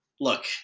look